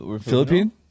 Philippine